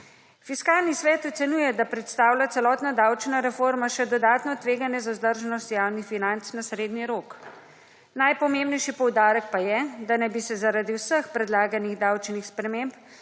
Fiskalni svet ocenjuje, da predstavlja celotna davčna reforma še dodatno tveganje za vzdržnost javnih financ na srednji rok. Najpomembnejši poudarek pa je, da naj bi se zaradi vseh predlaganih davčnih sprememb